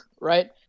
right